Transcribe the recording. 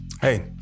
Hey